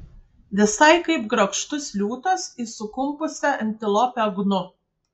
visai kaip grakštus liūtas į sukumpusią antilopę gnu